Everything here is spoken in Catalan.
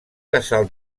casal